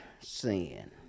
sin